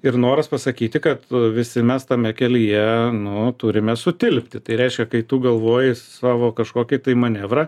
ir noras pasakyti kad visi mes tame kelyje nu turime sutilpti tai reiškia kai tu galvoji savo kažkokį manevrą